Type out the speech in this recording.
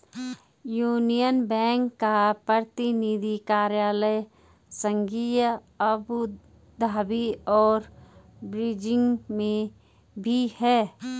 union Bank का प्रतिनिधि कार्यालय शंघाई अबू धाबी और बीजिंग में भी है